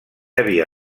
havia